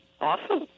Awesome